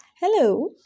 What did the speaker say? hello